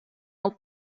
all